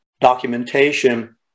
documentation